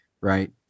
right